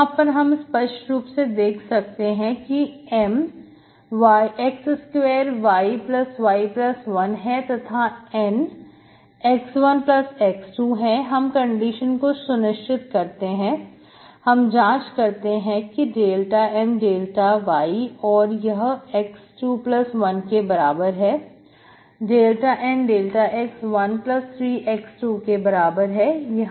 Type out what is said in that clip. यहां पर हम स्पष्ट रूप से देख सकते हैं कि M x2yy1 है तथा N x1x2 है हम कंडीशन को सुनिश्चित करते हैं हम जांच करते हैं ∂M∂y और यह x21 के बराबर है ∂N∂x 13x2 के बराबर है